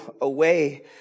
away